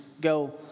go